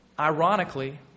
Ironically